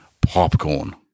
popcorn